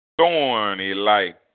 Thorny-like